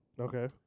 Okay